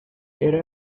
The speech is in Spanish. era